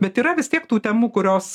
bet yra vis tiek tų temų kurios